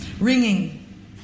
Ringing